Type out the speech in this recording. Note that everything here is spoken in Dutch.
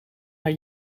haar